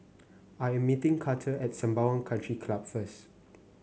I am meeting Karter at Sembawang Country Club first